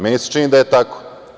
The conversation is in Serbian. Meni se čini da je tako.